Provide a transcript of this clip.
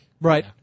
right